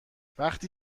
وقتی